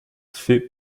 fait